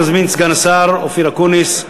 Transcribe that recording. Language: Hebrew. אני מזמין את סגן השר אופיר אקוניס,